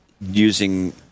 using